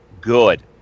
good